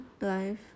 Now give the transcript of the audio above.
life